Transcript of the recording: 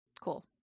cool